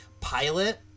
pilot